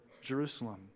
Jerusalem